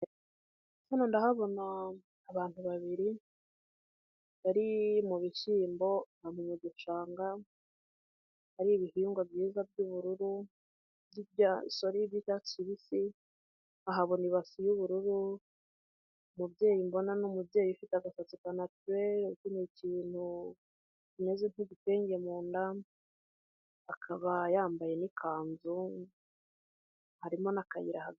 Hano ndahabona abantu babiri bari mu bishyimbo umunyagicanga ari ibihingwa byiza byubururu sorry by'icyatsi kibisi ahabona ibasi y'ubururu, umubyeyi mbona ni umubyeyi ufite agasatsi ka naturere ukenyeye ikintu kimeze nk'igitenge munda akaba yambaye n'ikanzu, harimo n'akayira hagati.